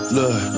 Look